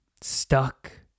stuck